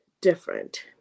different